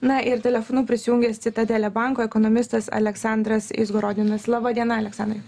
na ir telefonu prisijungęs citadele banko ekonomistas aleksandras izgorodinas laba diena aleksandrai